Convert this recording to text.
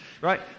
Right